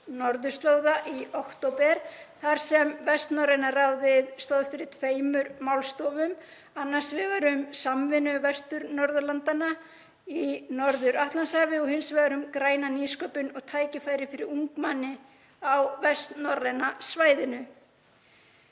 norðurslóða í október þar sem Vestnorræna ráðið stóð fyrir tveimur málstofum, annars vegar um samvinnu Vestur-Norðurlandanna í Norður-Atlantshafi og hins vegar um græna nýsköpun og tækifæri fyrir ungmenni á vestnorræna svæðinu.